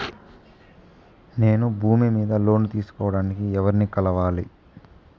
నేను భూమి మీద లోను తీసుకోడానికి ఎవర్ని కలవాలి?